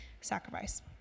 sacrifice